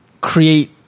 create